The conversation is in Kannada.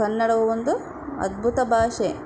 ಕನ್ನಡವು ಒಂದು ಅದ್ಭುತ ಭಾಷೆ